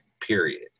period